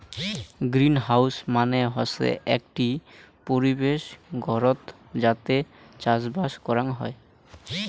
greenhouse মানে হসে আকটি পরিবেশ ঘরত যাতে চাষবাস করাং হই